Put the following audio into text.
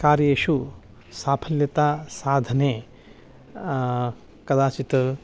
कार्येषु साफल्यतायाः साधने कदाचित्